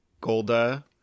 Golda